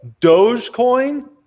Dogecoin